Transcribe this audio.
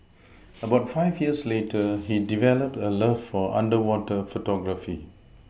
about five years later he developed a love for underwater photography